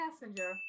Passenger